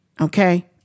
okay